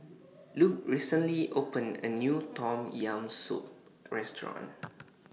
Luc recently opened A New Tom Yam Soup Restaurant